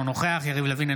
אינו נוכח יריב לוין,